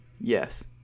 Yes